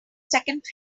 second